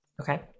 Okay